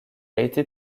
été